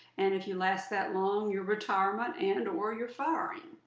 and if you last that long, your retirement and and or your firing.